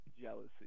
jealousy